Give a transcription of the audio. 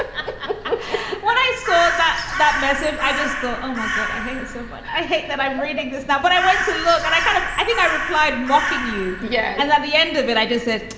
i what i saw that that message. i just thought, oh my god, i hate it so but i hate that i'm reading this now. but i went to look and i kind of i think i replied, mocking you. yeah. and at the end of it, i just said,